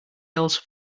else